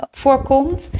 voorkomt